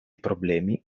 problemi